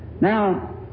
Now